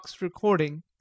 recording